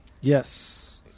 Yes